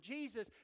Jesus